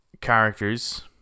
characters